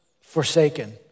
forsaken